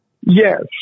Yes